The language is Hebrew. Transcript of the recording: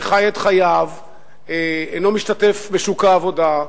חי את חייו, אינו משתתף בשוק העבודה,